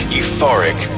euphoric